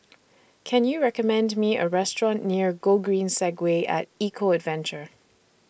Can YOU recommend Me A Restaurant near Gogreen Segway At Eco Adventure